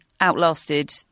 outlasted